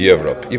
Europe